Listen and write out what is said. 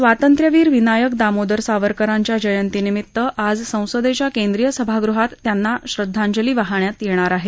स्वातंत्र्यवीर विनायक दामोदर सावरकरांच्या जयंती निमित्त आज संसदेच्या केंद्रीय सभागृहात त्यांना श्रद्धांजली वाहण्यात येणार आहे